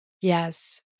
Yes